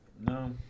No